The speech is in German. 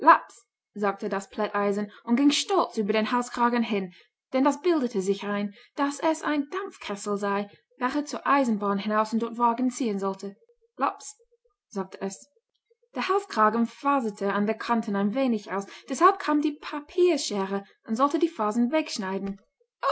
sagte das plätteisen und ging stolz über den halskragen hin denn das bildete sich ein daß es ein dampfkessel sei welcher zur eisenbahn hinaus und dort wagen ziehen sollte laps sagte es der halskragen faserte an den kanten ein wenig aus deshalb kam die papierschere und sollte die fasern wegschneiden